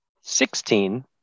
sixteen